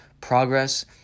progress